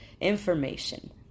information